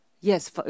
yes